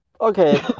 Okay